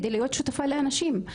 כדי להיות שותפה לאנשים,